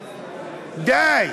די.